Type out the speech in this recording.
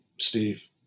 Steve